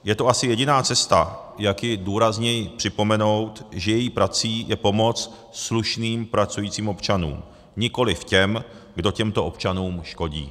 Je to asi jediná cesta, jak jí důrazněji připomenout, že její prací je pomoc slušným pracujícím občanům, nikoliv těm, kdo těmto občanům škodí.